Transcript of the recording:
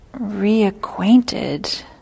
reacquainted